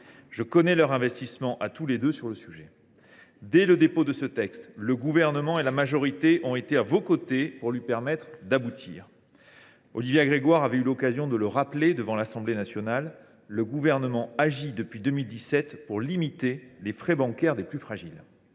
je connais leur investissement à tous les deux sur le sujet. Mesdames, messieurs les sénateurs, dès le dépôt de ce texte, le Gouvernement et la majorité ont été à vos côtés pour lui permettre d’aboutir. Olivia Grégoire avait eu l’occasion de le rappeler devant l’Assemblée nationale : le Gouvernement agit depuis 2017 pour limiter les frais bancaires des plus fragiles.